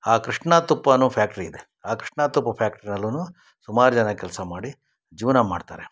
ಆ ಕೃಷ್ಣ ತುಪ್ಪ ಅನ್ನೊ ಫ್ಯಾಕ್ಟರಿ ಇದೆ ಆ ಕೃಷ್ಣ ತುಪ್ಪ ಫ್ಯಾಕ್ಟ್ರಿನಲ್ಲೂ ಸುಮಾರು ಜನ ಕೆಲಸ ಮಾಡಿ ಜೀವನ ಮಾಡ್ತಾರೆ